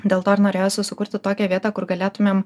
dėl to ir norėjosi sukurti tokią vietą kur galėtumėm